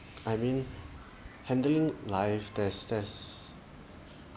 I mean handling life there's there's